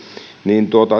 niin